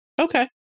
okay